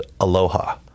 aloha